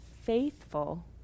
faithful